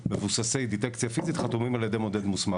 מבוססים דיטקציה פיזית חתומים על ידי מודד מוסמך.